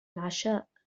العشاء